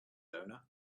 owner